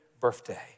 birthday